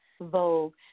Vogue